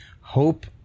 Hope